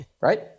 Right